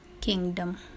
kingdom